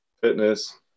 fitness